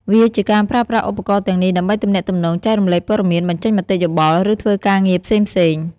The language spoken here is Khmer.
វាជាការប្រើប្រាស់ឧបករណ៍ទាំងនេះដើម្បីទំនាក់ទំនង ចែករំលែកព័ត៌មាន បញ្ចេញមតិយោបល់ ឬធ្វើការងារផ្សេងៗ។